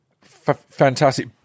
fantastic